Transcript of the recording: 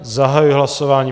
Zahajuji hlasování.